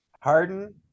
Harden